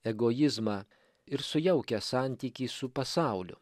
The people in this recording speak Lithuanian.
egoizmą ir sujaukia santykį su pasauliu